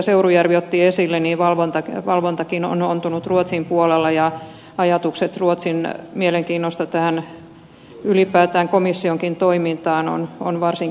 seurujärvi otti esille että valvontakin on ontunut ruotsin puolella ja ruotsin mielenkiinto ylipäätään tähän komissionkin toimintaan on varsin kyseenalaista